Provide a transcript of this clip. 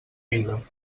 vida